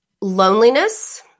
Loneliness